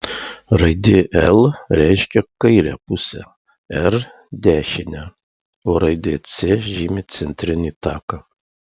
raidė l reiškia kairę pusę r dešinę o raidė c žymi centrinį taką